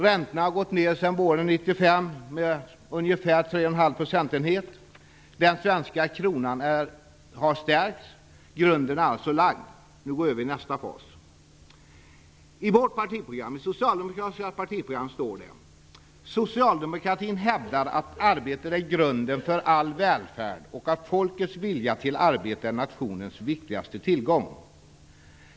Räntorna har gått ned sedan våren 1995 med ungefär 3,5 procentenheter. Den svenska kronan har stärkts. Grunden är alltså lagd. Nu går vi över i nästa fas. I Socialdemokraternas partiprogram står det: "Socialdemokratin hävdar att arbetet är grunden för all välfärd och att folkets vilja till arbete är nationens viktigaste tillgång."